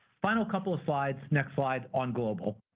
final couple of slides, next slide on global.